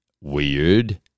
weird